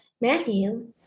Matthew